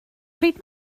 pryd